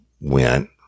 went